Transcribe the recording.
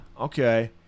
Okay